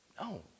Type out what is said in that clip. No